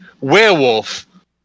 werewolf